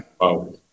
Wow